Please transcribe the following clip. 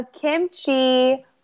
kimchi